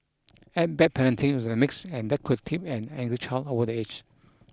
add bad parenting into the mix and that could tip an angry child over the edge